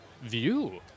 view